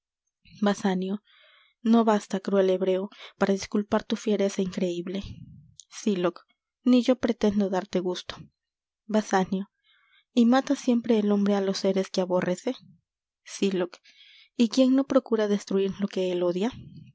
no basta cruel hebreo para disculpar tu fiereza increible sylock ni yo pretendo darte gusto basanio y mata siempre el hombre á los séres que aborrece sylock y quién no procura destruir lo que él odia